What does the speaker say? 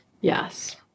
Yes